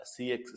cx